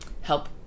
help